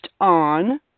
on